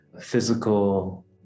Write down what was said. physical